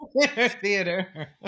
Theater